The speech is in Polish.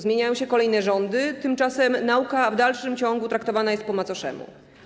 Zmieniają się kolejne rządy, tymczasem nauka w dalszym ciągu traktowana jest po macoszemu.